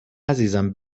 عزیزم